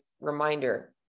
reminder